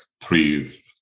three